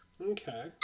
Okay